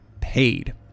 paid